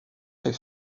très